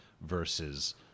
versus